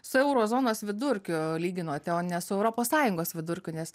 su euro zonos vidurkiu lyginote o ne su europos sąjungos vidurkiu nes